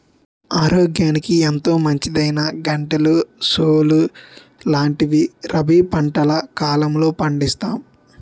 ఆరోగ్యానికి ఎంతో మంచిదైనా గంటెలు, సోలు లాంటివి రబీ పంటల కాలంలో పండిస్తాం